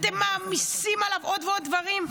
אתם מעמיסים עליו עוד ועוד דברים.